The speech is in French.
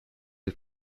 des